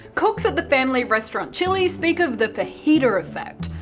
cooks at the family restaurant chilli's speak of the fajita effect,